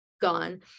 gone